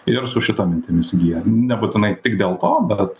ir su šita mintim įsigyja nebūtinai tik dėl to bet